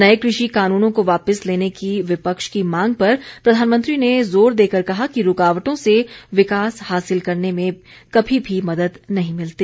नये कृषि कानूनों को वापस लेने की विपक्ष की मांग पर प्रधानमंत्री ने जोर देकर कहा कि रूकावटों से विकास हासिल करने में कभी भी मदद नहीं मिलती